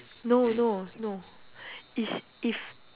no no no it's if